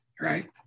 Right